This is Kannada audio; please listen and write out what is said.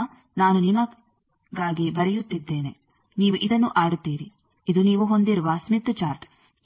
ಆದ್ದರಿಂದ ನಾನು ನಿಮಗಾಗಿ ಬರೆಯುತ್ತಿದ್ದೇನೆ ನೀವು ಇದನ್ನು ಆಡುತ್ತೀರಿ ಇದು ನೀವು ಹೊಂದಿರುವ ಸ್ಮಿತ್ ಚಾರ್ಟ್